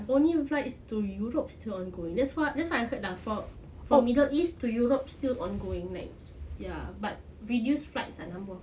only flights to europe still ongoing that's what that's what I heard lah for for middle east to europe still ongoing like ya but reduce flights ah number of flights